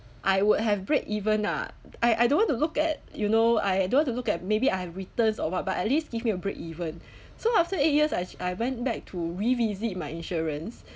I would have break even lah I I don't want to look at you know I don't want to look at maybe I have returns or what but at least give me a break even so after eight years as I went back to revisit my insurance